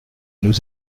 nous